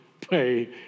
pay